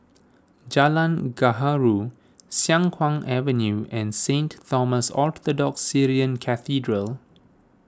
Jalan Gaharu Siang Kuang Avenue and Saint Thomas Orthodox Syrian Cathedral